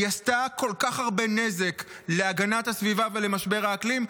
היא עשתה כל כך הרבה נזק להגנת הסביבה ולמשבר האקלים,